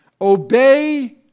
Obey